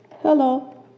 Hello